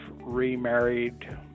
remarried